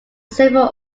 several